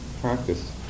practice